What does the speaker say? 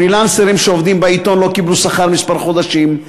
פרילנסרים שעובדים בעיתון לא קיבלו שכר כמה חודשים,